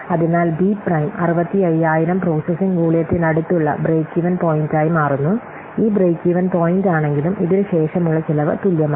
അതിനാൽ B prime 65000 processing വോളിയത്തിനടുത്തുള്ള break even പോയിന്റായി മാറുന്നു ഈ ബ്രേക്ക് ഈവൻ പോയിന്റാണെങ്കിലും ഇതിന് ശേഷമുള്ള ചെലവ് തുല്യമാണ്